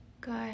Good